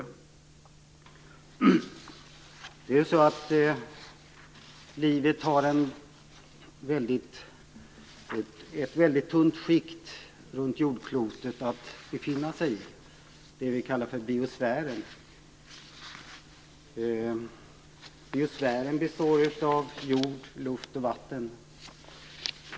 Runt jordklotet finns ett väldigt tunt skikt, det som vi kallar för biosfären. Biosfären består av jord, luft och vatten.